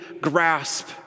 grasp